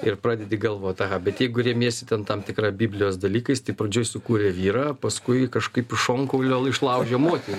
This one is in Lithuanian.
ir pradedi galvot aha bet jeigu remiesi ten tam tikra biblijos dalykais tai pradžioj sukūrė vyrą paskui kažkaip iš šonkaulio išlaužė moterį